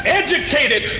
educated